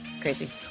crazy